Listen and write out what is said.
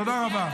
תודה רבה.